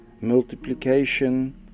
multiplication